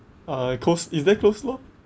uh coles~ is there coleslaw